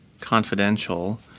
confidential